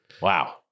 Wow